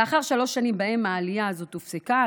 לאחר שלוש שנים שבהן העלייה הזאת הופסקה,